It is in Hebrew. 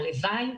הלוואי,